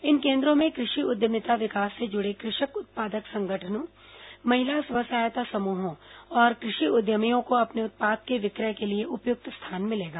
इन केन्द्रों में क़ धि उद्यमिता विकास से जुड़े क़ षक उत्पादक संगठनों महिला स्व सहायता समूहों और क धि उद्यमियों को अपने उत्पादों के विक्रय के लिए उपयुक्त स्थान मिलेगा